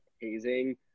hazing